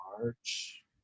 March